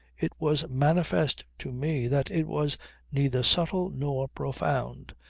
it was manifest to me that it was neither subtle nor profound.